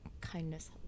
Kindness